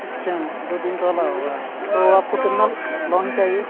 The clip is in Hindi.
अच्छा दो तीन तोला होगा तो आपको कितना लो लोन चाहिए